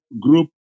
group